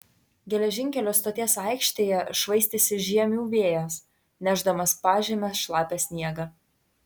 geležinkelio stoties aikštėje švaistėsi žiemių vėjas nešdamas pažeme šlapią sniegą